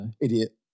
idiot